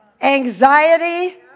anxiety